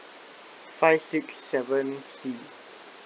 five six seven C